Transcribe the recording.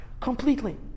completely